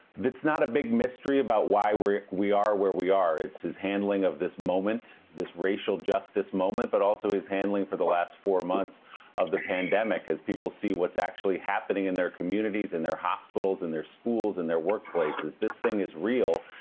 if it's not a big mystery about where we are where we are. it's his handling of this moment, this racial justice moment, but also his handling for the last four months of the pandemic, as people see what's actually happening in their communities, in their hospitals, in their schools in their workplaces. this thing is real,